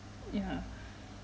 ya